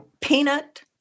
peanut